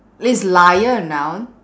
is liar a noun